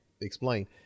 explain